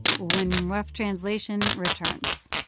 when rough translation returns